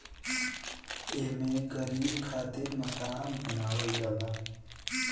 एमे गरीब खातिर मकान बनावल जाला